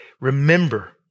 remember